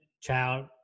child